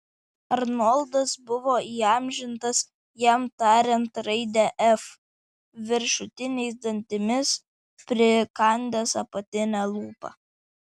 arnoldas buvo įamžintas jam tariant raidę f viršutiniais dantimis prikandęs apatinę lūpą